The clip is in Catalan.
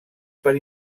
per